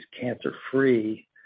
cancer-free